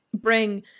bring